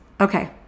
Okay